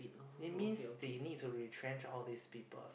it means they need to retrench all this peoples